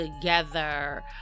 together